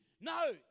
No